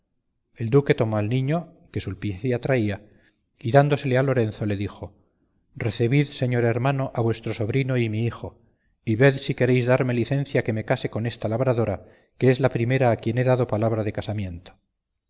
el duque tomó al niño que sulpicia traía y dándosele a lorenzo le dijo recebid señor hermano a vuestro sobrino y mi hijo y ved si queréis darme licencia que me case con esta labradora que es la primera a quien he dado palabra de casamiento